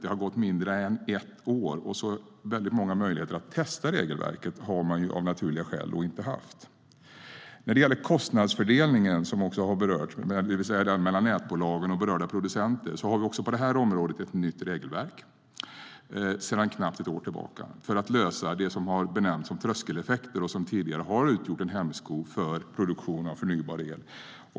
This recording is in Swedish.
Det har gått mindre än ett år, och så många möjligheter att testa regelverket har man av naturliga skäl inte haft. När det gäller kostnadsfördelningen mellan nätbolag och berörda producenter har vi också på detta område ett nytt regelverk sedan knappt ett år tillbaka för att komma till rätta med de så kallade tröskeleffekterna, som tidigare har utgjort en hämsko för produktion av förnybar el.